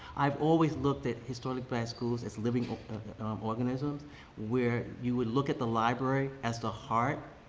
i've always looked at historic glass schools as living organisms where you would look at the library as the heart.